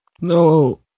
No